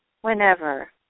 whenever